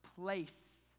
place